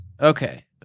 okay